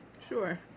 Sure